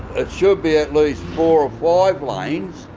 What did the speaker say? it should be at least four or five lanes,